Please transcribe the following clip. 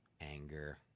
anger